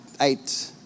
eight